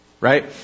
right